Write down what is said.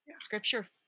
scripture